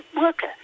worker